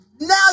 now